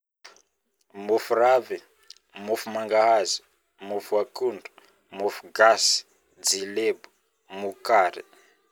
Môforavigny, mofomangahazo, mofoakondro, mofogasy, tsilebo, mokary